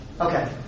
Okay